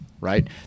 right